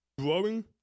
growing